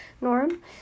norm